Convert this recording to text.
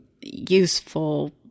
useful